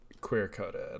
queer-coded